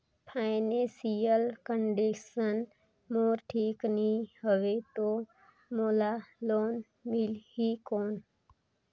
Financial condition मोर ठीक नी हवे तो मोला लोन मिल ही कौन??